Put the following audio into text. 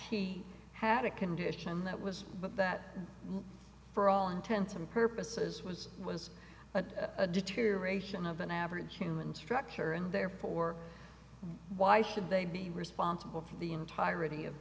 he had a condition that was but that for all intents and purposes was was a deterioration of an average human structure and therefore why should they be responsible for the entirety of